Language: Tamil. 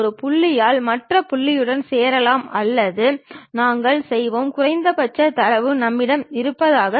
இரு பரிமாணம் கொண்ட ஒரு தாளில் கிடைமட்ட தளத்தை கிடை மட்டத்தில் காட்டுவது எளிதல்ல